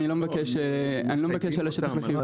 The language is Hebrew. אני לא מבקש על השטח העיקרי.